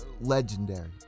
legendary